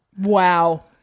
Wow